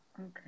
Okay